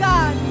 God